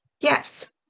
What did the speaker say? Yes